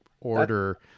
order